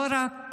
לא רק